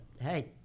hey